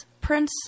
Prince